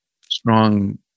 strong